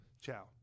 Ciao